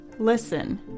Listen